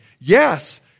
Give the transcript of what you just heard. Yes